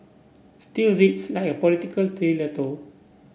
still reads like a political thriller though